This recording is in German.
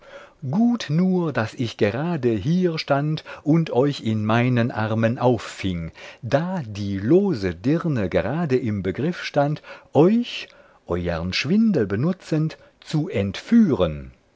gut nur daß ich gerade hier stand und euch in meinen armen auffing als die lose dirne gerade im begriff stand euch euern schwindel benutzend zu entführen